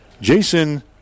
Jason